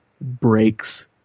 breaks